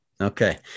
Okay